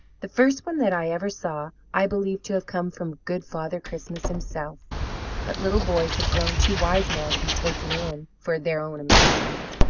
the first one that i ever saw i believed to have come from good father christmas himself but little boys have grown too wise now to be taken in for their own amusement.